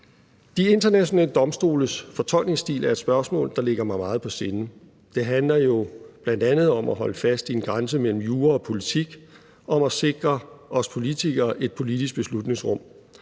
De internationale domstoles fortolkningsstil er et spørgsmål, der ligger mig meget på sinde. Det handler jo bl.a. om at holde fast i en grænse mellem jura og politik og om at sikre os politikere et politisk beslutningsrum.